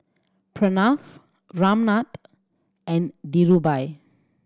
Pranav Ramnath and Dhirubhai